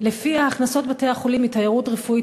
שהכנסות בתי-החולים מתיירות רפואית